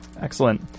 Excellent